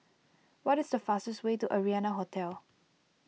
what is the fastest way to Arianna Hotel